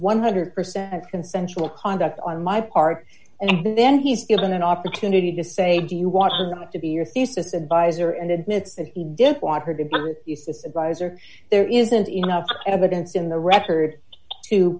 one hundred percent consensual conduct on my part and then he's given an opportunity to say do you want to be your thesis advisor and admit that he didn't want her to be advisors there isn't enough evidence in the record to